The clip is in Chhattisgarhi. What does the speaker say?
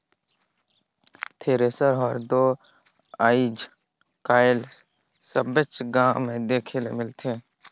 थेरेसर हर दो आएज काएल सबेच गाँव मे देखे ले मिलथे